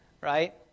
right